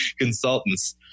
consultants